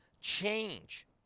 change